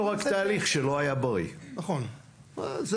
נכון,